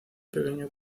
pequeño